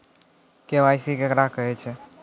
KYC केकरा कहैत छै?